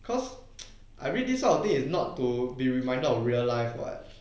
cause I read this sort of thing is not to be reminded of real life [what]